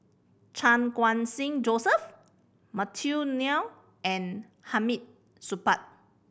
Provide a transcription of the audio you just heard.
Chan Khun Sing Joseph Matthew Ngui and Hamid Supaat